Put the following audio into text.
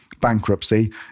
bankruptcy